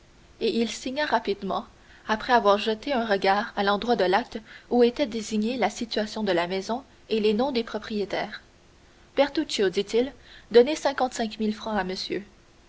et il signa rapidement après avoir jeté un regard à l'endroit de l'acte où étaient désignés la situation de la maison et les noms des propriétaires bertuccio dit-il donnez cinquante-cinq mille francs à monsieur